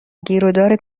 گیرودار